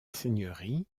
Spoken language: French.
seigneurie